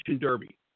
derby